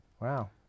Wow